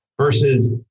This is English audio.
versus